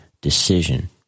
decision